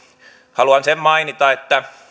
haluan sen mainita että